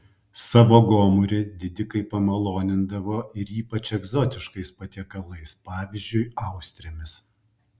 savo gomurį didikai pamalonindavo ir ypač egzotiškais patiekalais pavyzdžiui austrėmis